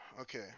Okay